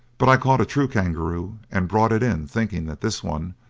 but i caught a true kangaroo and brought it in, thinking that this one,